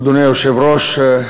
אדוני היושב-ראש,